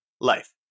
life